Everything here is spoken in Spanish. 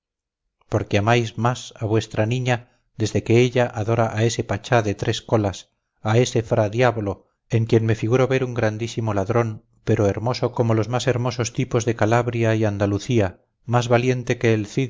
porque porque amáis más a vuestra niña desde que ella adora a ese pachá de tres colas a ese fra diávolo en quien me figuro ver un grandísimo ladrón pero hermoso como los más hermosos tipos de calabria y andalucía más valiente que el